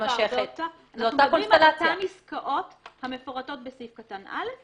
אנחנו מדברים באותן עסקאות המפורטות בסעיף קטן (א).